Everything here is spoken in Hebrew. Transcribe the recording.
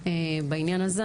בעניין הזה,